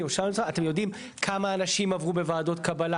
אתם יודעים כמה אנשים עברו בוועדות קבלה?